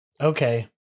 Okay